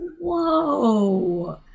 Whoa